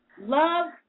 love